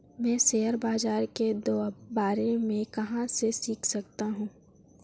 मैं शेयर बाज़ार के बारे में कहाँ से सीख सकता हूँ?